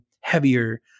heavier